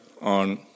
on